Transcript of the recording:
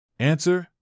Answer